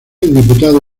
diputado